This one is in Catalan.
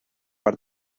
per